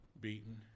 beaten